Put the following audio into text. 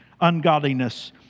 ungodliness